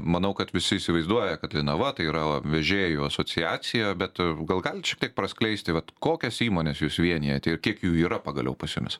manau kad visi įsivaizduoja kad linava tai yra vežėjų asociacija bet gal galit šiek tiek praskleisti vat kokias įmones jus vienijate ir kiek jų yra pagaliau pas jumis